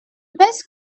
best